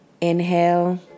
inhale